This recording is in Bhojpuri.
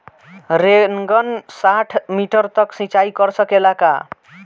रेनगन साठ मिटर तक सिचाई कर सकेला का?